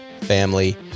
family